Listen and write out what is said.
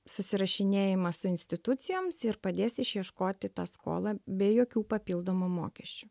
susirašinėjimą su institucijoms ir padės išieškoti tą skolą be jokių papildomų mokesčių